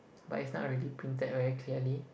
but it's not really printed very clearly